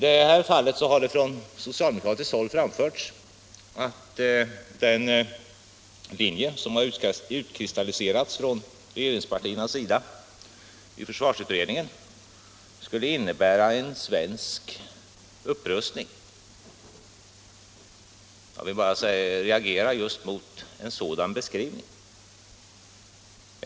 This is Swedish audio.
Det har från socialdemokratiskt håll anförts att den linje som i försvarsutredningen utkristalliserats från regeringspartiernas sida skulle innebära en svensk upprustning. Jag reagerar mot en sådan beskrivning.